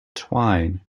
twine